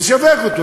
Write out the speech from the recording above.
לשווק אותו.